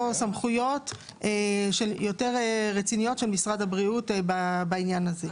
סמכויות יותר רציניות של משרד הבריאות בעניין הזה.